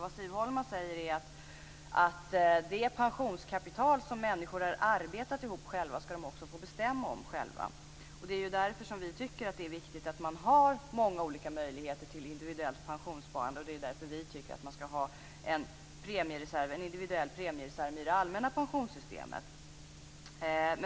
Vad Siv Holma säger är att det pensionskapital som människor själva har arbetat ihop skall de också få bestämma om själva. Det är ju därför som vi tycker att det är viktigt att det finns många olika möjligheter till individuellt pensionssparande. Det är därför vi tycker att det skall finnas en individuell premiereserv i det allmänna pensionssystemet.